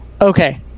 okay